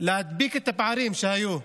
להדביק את הפערים שהיו.